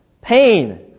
Pain